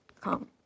come